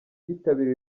yitabiriye